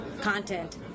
content